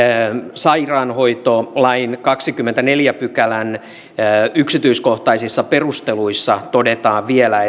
sairaanhoitolain kahdennenkymmenennenneljännen pykälän yksityiskohtaisissa perusteluissa todetaan vielä